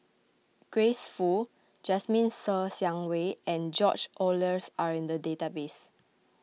Grace Fu Jasmine Ser Xiang Wei and George Oehlers are in the database